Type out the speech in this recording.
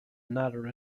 another